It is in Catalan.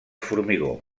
formigó